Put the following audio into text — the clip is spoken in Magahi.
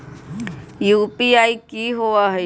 यू.पी.आई कि होअ हई?